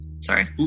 sorry